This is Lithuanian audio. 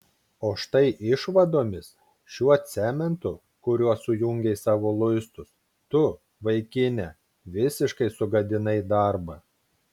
o štai išvadomis šiuo cementu kuriuo sujungei savo luistus tu vaikine visiškai sugadinai darbą